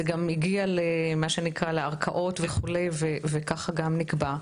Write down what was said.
זה גם הגיע לערכאות וכו', וככה גם נקבע.